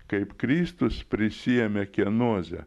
kaip kristus prisiėmė kienozę